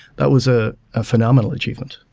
that was a ah phenomenal achievement.